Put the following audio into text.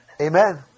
Amen